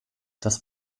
das